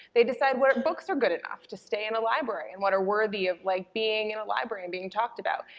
they decide what books are good enough to stay in a library and what are worthy of, like, being in a library and being talked about.